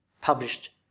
published